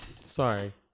Sorry